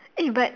eh but